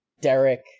Derek